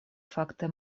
fakte